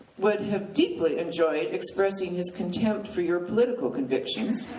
would have deeply enjoyed expressing his contempt for your political convictions,